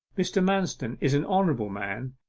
mr. manston is an honourable man,